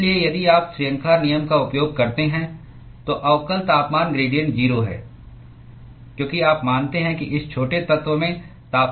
इसलिए यदि आप श्रृंखला नियम का उपयोग करते हैं तो अवकल तापमान ग्रेडिएंट 0 है क्योंकि आप मानते हैं कि इस छोटे तत्व में तापमान समान है